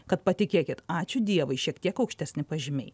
kad patikėkit ačiū dievui šiek tiek aukštesni pažymiai